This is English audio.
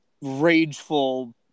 rageful